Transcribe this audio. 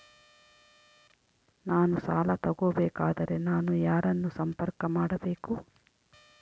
ನಾನು ಸಾಲ ತಗೋಬೇಕಾದರೆ ನಾನು ಯಾರನ್ನು ಸಂಪರ್ಕ ಮಾಡಬೇಕು?